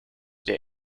der